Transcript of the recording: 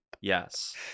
yes